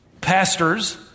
Pastors